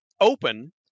open